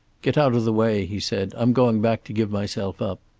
get out of the way, he said, i'm going back to give myself up.